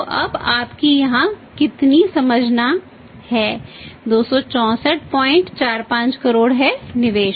तो अब आपको यहां कितना समझना है 26445 करोड़ है निवेश